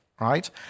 Right